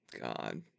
God